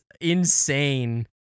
insane